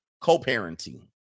co-parenting